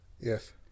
Yes